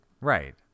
Right